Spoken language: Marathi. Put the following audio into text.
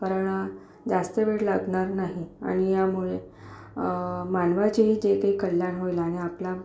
कारण जास्त वेळ लागनार नाही आणि यामुळे मानवाचे हे जे काहीे कल्याण होईल आणि आपला